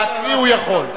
להקריא הוא יכול,